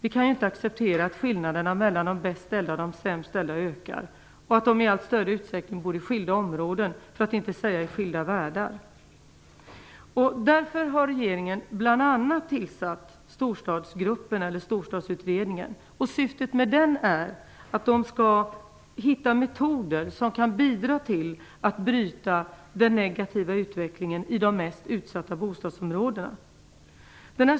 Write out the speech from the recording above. Vi kan inte acceptera att skillnaderna mellan de bäst ställda och de sämst ställda ökar och att de i allt större utsträckning bor i skilda områden, för att inte säga i skilda världar. Därför har regeringen bl.a. tillsatt Storstadsutredningen. Syftet med den är att den skall hitta metoder som kan bidra till att bryta den negativa utvecklingen i de mest utsatta bostadsområdena.